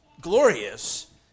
glorious